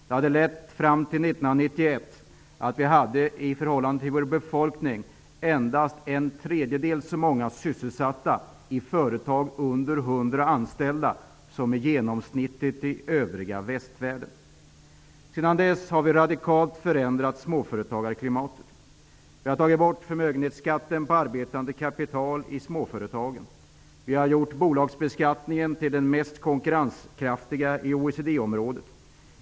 Det hade år 1991 lett fram till att vi hade i förhållande till vår befolkning endast en tredjedel så många sysselsatta i företag med under 100 anställda som genomsnittligt i övriga västvärlden. Sedan dess har vi radikalt förändrat småföretagarklimatet. Vi har tagit bort förmögenhetsskatten på arbetande kapital i småföretagen. Vi har gjort bolagsbeskattningen till den mest konkurrenskraftiga i OECD-området.